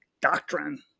doctrine